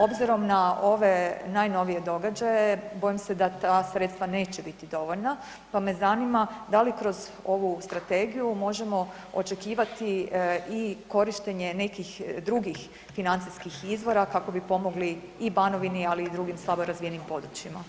Obzirom na ove najnovije događaje bojim se da ta sredstva neće biti dovoljna pa me zanima da li kroz ovu strategiju možemo očekivati i korištenje nekih drugih financijskih izvora kako bi pomogli i Banovini ali i drugim slabo razvijenim područjima.